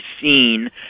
seen